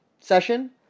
session